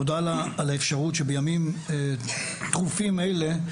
תודה על האפשרות בימים טרופים אלה,